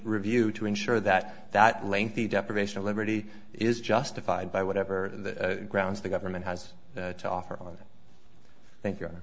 review to ensure that that lengthy deprivation of liberty is justified by whatever grounds the government has to offer on thank you